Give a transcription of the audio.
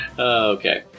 Okay